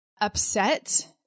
upset